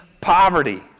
poverty